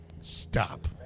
Stop